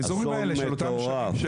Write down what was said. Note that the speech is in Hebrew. אסון מטורף.